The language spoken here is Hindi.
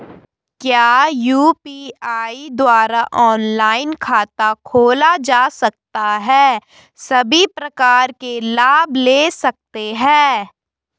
क्या यु.पी.आई द्वारा ऑनलाइन खाता खोला जा सकता है सभी प्रकार के लाभ ले सकते हैं?